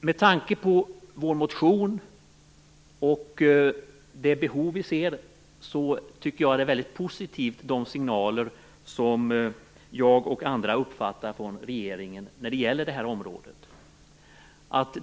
Med tanke på vår motion och det behov vi ser tycker jag att de signaler som jag och andra kan uppfatta från regeringen på det här området är väldigt positiva.